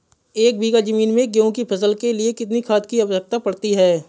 एक बीघा ज़मीन में गेहूँ की फसल के लिए कितनी खाद की आवश्यकता पड़ती है?